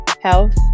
health